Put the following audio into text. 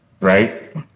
right